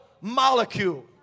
molecule